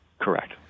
Correct